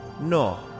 No